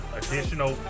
additional